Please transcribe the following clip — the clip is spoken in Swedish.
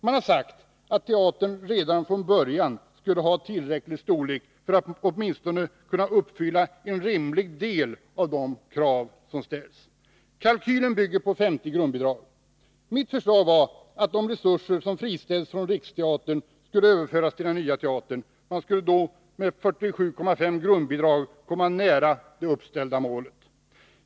Man har sagt sig att teatern redan från början skulle ha tillräcklig storlek för att åtminstone kunna uppfylla en rimlig del av de krav som ställs. Kalkylen bygger på 50 grundbidrag. Mitt förslag var att de resurser som friställs från Riksteatern skulle överföras till den nya teatern. Man skulle då med 47,5 grundbidrag komma nära det uppställda målet.